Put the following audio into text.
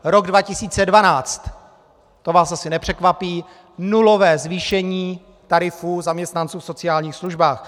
Rok 2012 to vás asi nepřekvapí, nulové zvýšení tarifů zaměstnanců v sociálních službách.